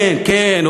כן כן,